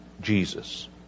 Jesus